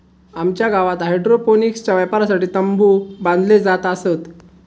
आमच्या गावात हायड्रोपोनिक्सच्या वापरासाठी तंबु बांधले जात असत